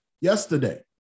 yesterday